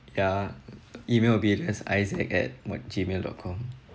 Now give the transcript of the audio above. ya email will be as isaac at gmail dot com